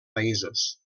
països